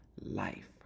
life